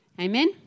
Amen